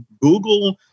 Google